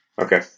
Okay